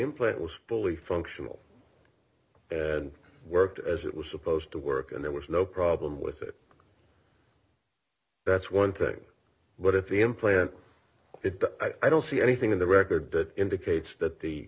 input was fully functional it worked as it was supposed to work and there was no problem with it that's one thing but if the employer it does i don't see anything in the record that indicates that the